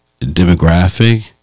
demographic